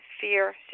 fear